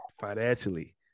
financially